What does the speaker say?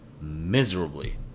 miserably